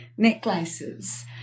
Necklaces